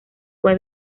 fue